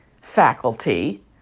faculty